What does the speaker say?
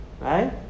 Right